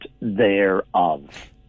thereof